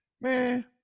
man